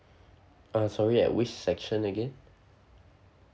uh sorry at which section again